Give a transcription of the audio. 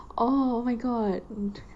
oh oh my god